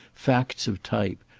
facts of type,